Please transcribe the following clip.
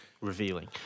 revealing